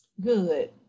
Good